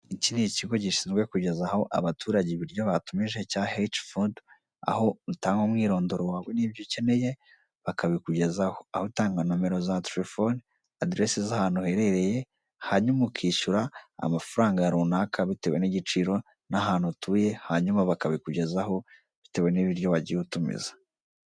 Iki ni ikigo gishinzwe kugeza aho abaturage ibiryo batumije cya heah ford aho utanga umwirondoro n'ibyo ukeneye bakabikugezaho. aho utanga nomero za telefoni adresi z'ahantu uherereye hanyuma ukishyura amafaranga runaka bitewe n'igiciro n'ahantu utuye hanyuma bakabikugeza ho bitewe n'ibiryo wagiye utumiza.